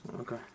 Okay